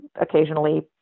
occasionally